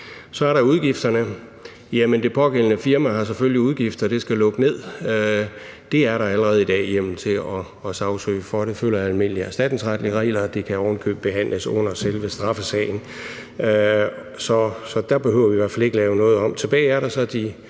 Så er der udgifterne, for det pågældende firma har selvfølgelig nogle udgifter, og det skal lukke ned, og det er der allerede i dag hjemmel til at sagsøge for. Det følger almindelige erstatningsretlige regler, og det kan ovenikøbet behandles under selve straffesagen. Så der behøver vi i hvert fald ikke lave noget om. Tilbage er der så de